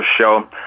show